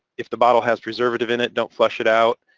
if the bottle has preservative in it, don't flush it out,